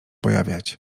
pojawiać